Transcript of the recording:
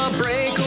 break